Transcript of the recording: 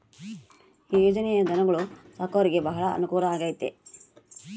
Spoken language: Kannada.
ಈ ಯೊಜನೆ ಧನುಗೊಳು ಸಾಕೊರಿಗೆ ಬಾಳ ಅನುಕೂಲ ಆಗ್ಯತೆ